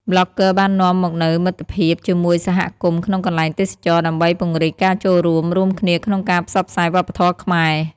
ប្លុកហ្គើបាននាំមកនូវមិត្តភាពជាមួយសហគមន៍ក្នុងកន្លែងទេសចរណ៍ ដើម្បីពង្រីកការចូលរួម រួមគ្នាក្នុងការផ្សព្វផ្សាយវប្បធម៌ខ្មែរ។